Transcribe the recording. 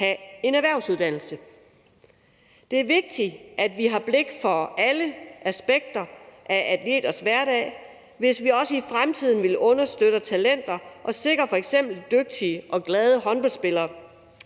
have en erhvervsuddannelse. Det er vigtigt, at vi har blik for alle aspekter af atleters hverdag, hvis vi også i fremtiden vil understøtte talenter og sikre f.eks. dygtige og glade håndboldspillere,